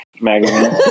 magazine